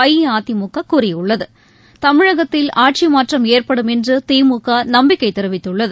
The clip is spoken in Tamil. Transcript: அஇஅதிமுக கூறியுள்ளது தமிழகத்தில் ஆட்சிமாற்றம் ஏற்படும் என்று திமுக நம்பிக்கைத் தெரிவித்துள்ளது